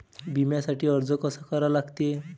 बिम्यासाठी अर्ज कसा करा लागते?